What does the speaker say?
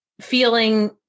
feeling